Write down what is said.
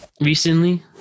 Recently